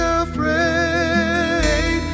afraid